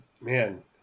man